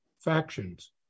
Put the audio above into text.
factions